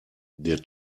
der